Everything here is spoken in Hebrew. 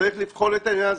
שצריך לבחון את העניין הזה.